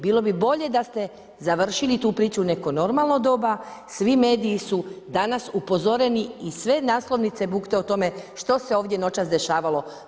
Bilo bi bolje da ste završili tu priču u neko normalno doba, svi mediji su danas upozoreni i sve naslovnice bukte o tome što se ovdje noćas dešavalo.